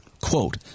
quote